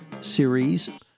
series